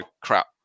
crap